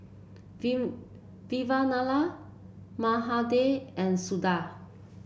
Vavilala Mahade and Suda